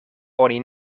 oni